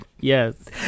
yes